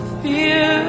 fear